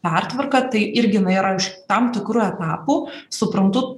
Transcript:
pertvarką tai irgi na yra iš tam tikrų etapų suprantu